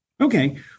Okay